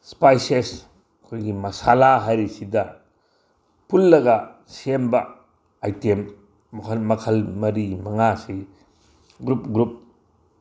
spices ꯑꯩꯈꯣꯏꯒꯤ ꯃꯁꯥꯂꯥ ꯍꯥꯏꯔꯤꯁꯤꯗ ꯄꯨꯜꯂꯒ ꯁꯦꯝꯕ ꯑꯥꯏꯇꯦꯝ ꯃꯈꯜ ꯃꯈꯜ ꯃꯔꯤ ꯃꯉꯥꯁꯤ ꯒ꯭ꯔꯨꯞ ꯒ꯭ꯔꯨꯞ